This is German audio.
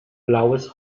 blaues